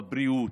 בבריאות,